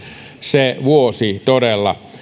se vuosi todella